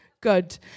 Good